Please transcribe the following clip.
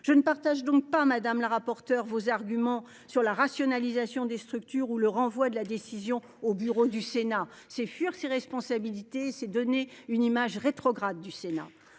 Je ne partage donc pas madame la rapporteure. Vos arguments sur la rationalisation des structures ou le renvoi de la décision au bureau du Sénat c'est fuir ses responsabilités, c'est donner une image rétrograde du Sénat.